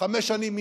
מינימום חמש שנים,